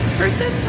person